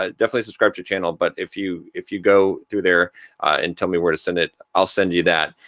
ah definitely subscribe to the channel, but if you if you go through there and tell me where to send it i'll send you that,